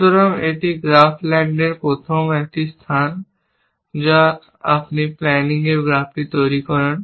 সুতরাং এটি গ্রাফ ল্যান্ডের একটি প্রথম স্থান যা আপনি প্যানিং গ্রাফটি তৈরি করেন